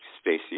Stacey